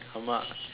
ஆமா:aamaa